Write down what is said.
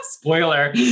Spoiler